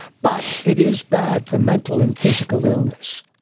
but it is bad for mental and physical illness.